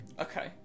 okay